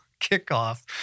kickoff